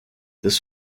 this